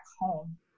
home